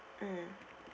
mm